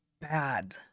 bad